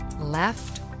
left